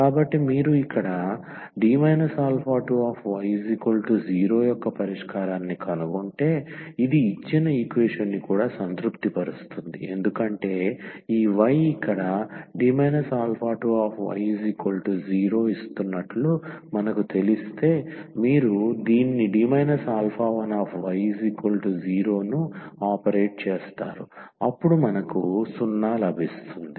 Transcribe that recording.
కాబట్టి మీరు ఇక్కడ y0 యొక్క పరిష్కారాన్ని కనుగొంటే ఇది ఇచ్చిన ఈక్వేషన్ ని కూడా సంతృప్తిపరుస్తుంది ఎందుకంటే ఈ y ఇక్కడ y0ఇస్తున్నట్లు మనకు తెలిస్తే మీరు దీన్ని y0 ను ఆపరేట్ చేస్తారు అపుడు మనకు 0 లభిస్తుంది